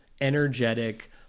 energetic